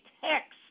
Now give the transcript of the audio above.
text